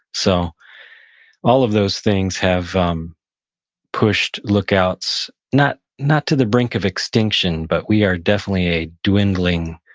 so all of those things have um pushed lookouts, not not to the brink of extinction, but we are definitely a dwindling,